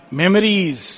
memories